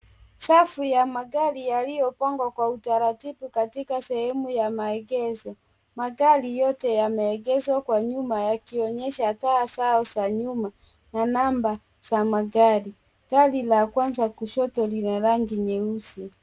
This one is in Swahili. Safu ya magari yaliyopangwa kwa utaratibu katika sehemu ya maegesho. Magari yote yameegeshwa kwa nyuma yakionyesha taa zao za nyuma na namba za magari. Gari la kwanza kushoto lina rangi nyeusi.